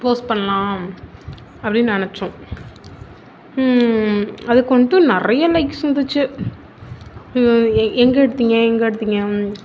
post பண்ணலாம் அப்படினு நினச்சோம் அதுக்கு வந்துட்டு நிறைய லைக்ஸ் வந்துச்சு எங்கே எடுத்தீங்க எங்கே எடுத்தீங்க